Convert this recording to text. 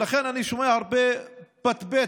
אני שומע הרבה פטפטת